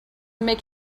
make